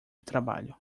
trabalho